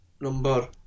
number